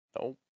Nope